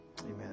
amen